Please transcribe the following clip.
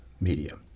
media